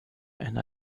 and